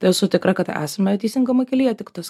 tai esu tikra kad esame teisingame kelyje tik tas